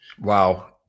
Wow